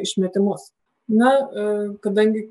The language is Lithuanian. išmetimus na kadangi